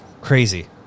crazy